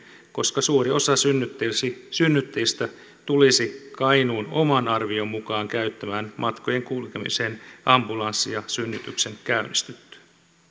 koska suuri osa synnyttäjistä tulisi kainuun oman arvion mukaan käyttämään matkojen kulkemiseen ambulanssia synnytyksen käynnistyttyä